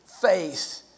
faith